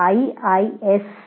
iisctagmail